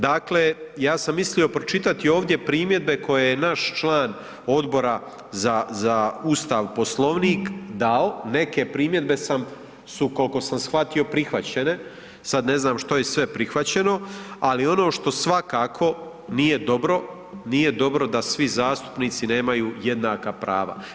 Dakle, ja sam mislio pročitati ovdje primjedbe koje je naš član Odbora za Ustav, Poslovnik dao, neke primjedbe su koliko sam shvatio prihvaćene, sad ne znam što je sve prihvaćeno, ali ono što svakako nije dobro, nije dobro da svi zastupnici nemaju jednaka prava.